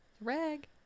Rag